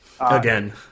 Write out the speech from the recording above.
Again